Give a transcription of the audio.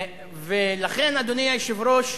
לכן, אדוני היושב-ראש,